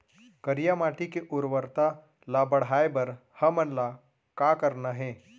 करिया माटी के उर्वरता ला बढ़ाए बर हमन ला का करना हे?